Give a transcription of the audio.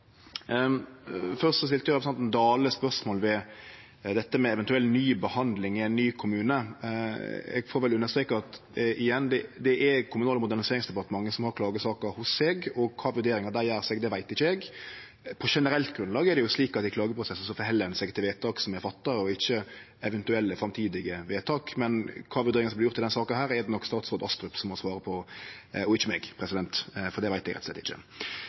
Først stilte representanten Dale spørsmål ved dette med eventuell ny behandling i ein ny kommune. Eg får vel understreke igjen at det er Kommunal- og moderniseringsdepartementet som har klagesaker hos seg, og kva vurderingar dei gjer, veit ikkje eg. På generelt grunnlag er det jo slik at ein i klagesaker held seg til vedtak som er fatta, og ikkje til eventuelle framtidige vedtak. Men kva vurderingar som vert gjorde i denne saka, er det nok statsråd Astrup som må svare på og ikkje eg, for det veit eg rett og slett ikkje.